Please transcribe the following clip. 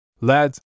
Lads